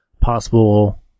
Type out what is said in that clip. possible